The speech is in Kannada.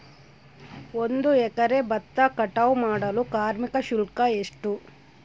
ಒಂದು ಎಕರೆ ಭತ್ತ ಕಟಾವ್ ಮಾಡಲು ಕಾರ್ಮಿಕ ಶುಲ್ಕ ಎಷ್ಟು?